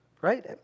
Right